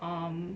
um